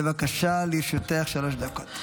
בבקשה, לרשותך שלוש דקות.